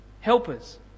helpers